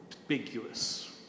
ambiguous